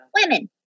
women